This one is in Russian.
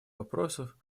вопросов